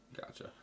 Gotcha